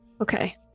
Okay